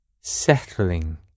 settling